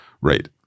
Right